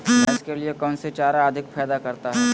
भैंस के लिए कौन सी चारा अधिक फायदा करता है?